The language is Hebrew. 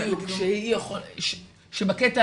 בדיוק, שאם חס וחלילה